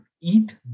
eat